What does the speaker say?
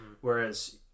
Whereas